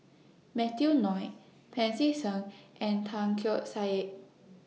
Matthew Ngui Pancy Seng and Tan Keong Saik